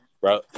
bro